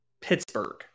Pittsburgh